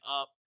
up